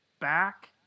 back